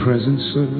Presence